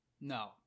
No